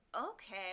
Okay